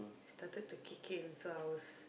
started to kick in so I was